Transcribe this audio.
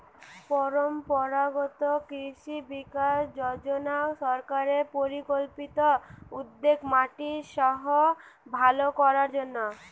পরম্পরাগত কৃষি বিকাশ যজনা সরকারের পরিকল্পিত উদ্যোগ মাটির সাস্থ ভালো করবার জন্যে